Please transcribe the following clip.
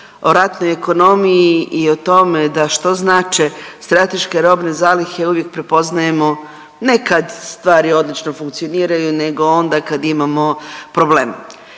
o ratnoj ekonomiji i o tome da što znače strateške robne zalihe, ja uvijek prepoznajemo, ne kad stvari odlično funkcioniraju nego onda kad imamo problem.